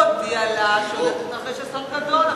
הוא הודיע לה שהולך להתרחש אסון גדול,